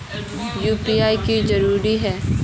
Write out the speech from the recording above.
UPI की जरूरी है?